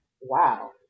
wow